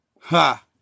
Ha